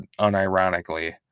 unironically